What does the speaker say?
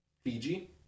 Fiji